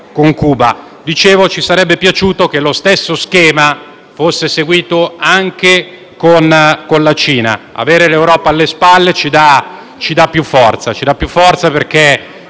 dicevo, ci sarebbe piaciuto che lo stesso schema fosse seguito anche con la Cina. Avere l'Europa alle spalle ci dà una forza maggiore perché